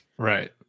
Right